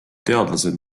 teadlased